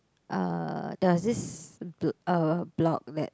uh there was this bl~ uh block that